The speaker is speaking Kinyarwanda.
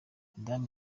madame